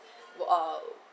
wa~ uh